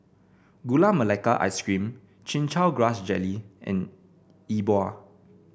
Gula Melaka Ice Cream Chin Chow Grass Jelly and Yi Bua